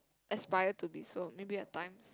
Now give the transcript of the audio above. aspire to be so maybe at times